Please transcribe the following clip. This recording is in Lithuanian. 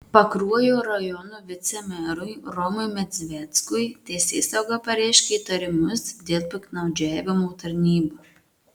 pakruojo rajono vicemerui romui medzveckui teisėsauga pareiškė įtarimus dėl piktnaudžiavimo tarnyba